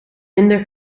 minder